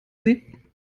sie